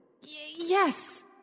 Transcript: Yes